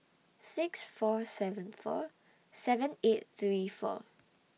six four seven four seven eight three four